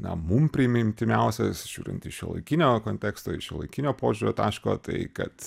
na mum primimtimiausias žiūrint iš šiuolaikinio konteksto iš šiuolaikinio požiūrio taško tai kad